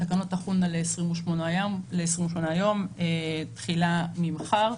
התקנות תחולנה ל-28 ימים, תחילה ממחר.